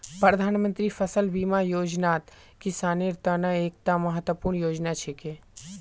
प्रधानमंत्री फसल बीमा योजनात किसानेर त न एकता महत्वपूर्ण योजना छिके